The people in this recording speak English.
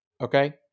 okay